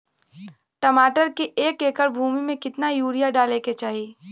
टमाटर के एक एकड़ भूमि मे कितना यूरिया डाले के चाही?